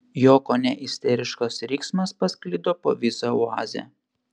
jo kone isteriškas riksmas pasklido po visą oazę